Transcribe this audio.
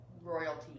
royalty